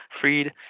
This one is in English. freed